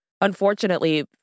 unfortunately